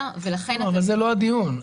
זה לא הדיון.